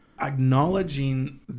acknowledging